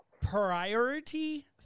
priority